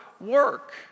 work